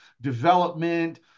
development